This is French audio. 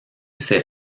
ces